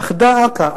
"אך דא עקא,